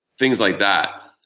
things like that.